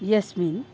यस्मिन्